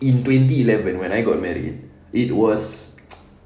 in twenty eleven when I got married it was